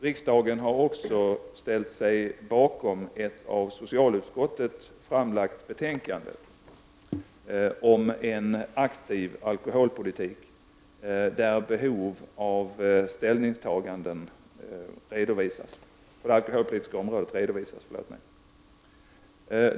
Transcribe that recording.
Riksdagen har också ställt sig bakom ett av socialutskottet framlagt betänkande om en aktiv alkoholpolitik där behov av ställningstaganden på det alkoholpolitiska området redovisas.